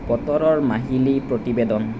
বতৰৰ মাহিলী প্ৰতিবেদন